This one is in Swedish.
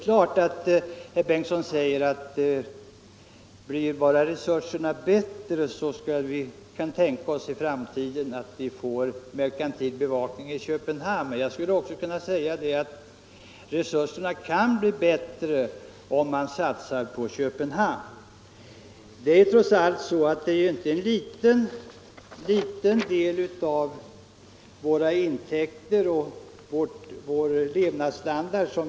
Herr Bengtsson i Landskrona säger att vi för framtiden kan tänka oss merkantil bevakning i Köpenhamn om bara resurserna blir bättre. Resurserna kan bli bättre om man satsar just på Köpenhamn. Exporten medverkar trots allt till en inte liten del av våra intäkter och vår levnadsstandard.